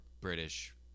British